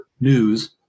news